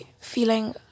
feeling